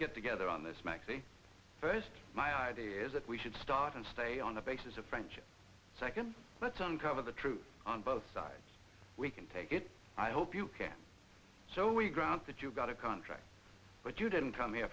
get together on this maxi first my idea is that we should start and stay on the basis of friendship second let's uncover the truth on both sides we can take it i hope you can so we grant that you got a contract but you didn't come here